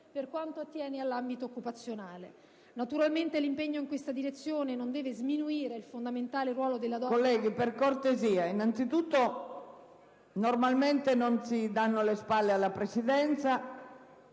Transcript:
per quanto attiene all'ambito occupazionale. Naturalmente, l'impegno in questa direzione non deve sminuire il fondamentale ruolo della donna